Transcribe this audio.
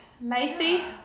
Macy